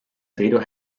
sõidu